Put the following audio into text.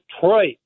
Detroit